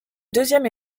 deuxième